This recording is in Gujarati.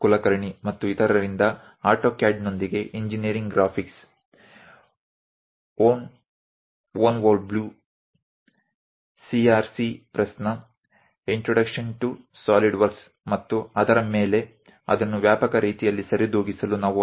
કુલકર્ણી અને અન્ય લોકો દ્વારા એન્જિનિયરિંગ ગ્રાફિક્સ વીથ ઓટોકેડ ઓનવબલુ સીઆરસી પ્રેસ દ્વારા ઈન્ટ્રોડ્કશન ટુ સોલિડ વર્કસ પ્રમાણભૂત પાઠયપુસ્તકો છે અને તેને અમે અનુસર્યા છીએ